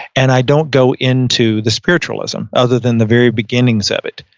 and i don't go into the spiritualism other than the very beginnings of it.